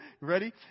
Ready